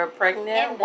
pregnant